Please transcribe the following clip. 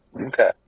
okay